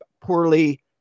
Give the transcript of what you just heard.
poorly